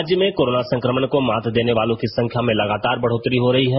राज्य में कोरोना संक्रमण को मात देने वालों की संख्या में लगातार बढ़ोतरी हो रही है